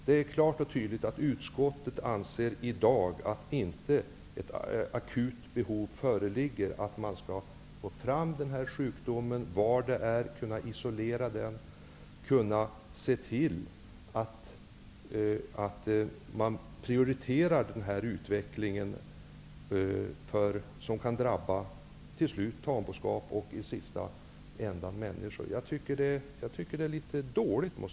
Det är tydligt att utskottet anser att det i dag inte föreligger något akut behov av att få fram vad det är för sjukdom, kunna isolera den och se till att man prioriterar detta som kan drabba tamboskap och till sist människor. Jag tycker att det är dåligt.